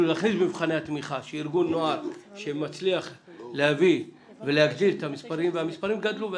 להפחית במבחני התמיכה על מנת שירבה הנוער והמספרים גדלו.